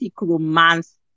romance